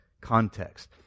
context